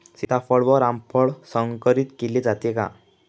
सीताफळ व रामफळ संकरित केले जाते का?